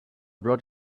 brought